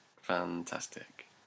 fantastic